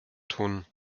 tun